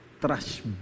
trash